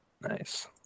Nice